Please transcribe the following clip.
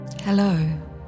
Hello